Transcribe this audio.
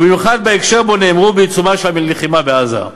ובמיוחד בהקשר שבו נאמרו, בעיצומה של המלחמה בעזה.